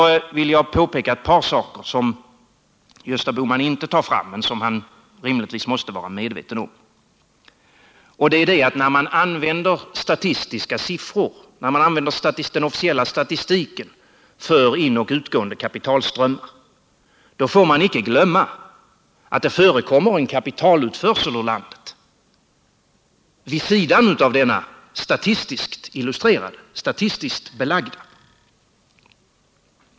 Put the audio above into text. Jag vill bara peka på ett par saker som Gösta Bohman inte framhåller men som han rimligtvis måste vara medveten om. När man använder den officiella statistiken för inoch utgående kapitalströmmar får man icke glömma att det förekommer en kapitalutförsel ur landet vid sidan av den politiskt illustrerade och statistiskt belagda.